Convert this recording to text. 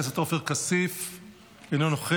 ומבקשים את תמיכת הכנסת בהארכה כקבוע בהצעה כאמור.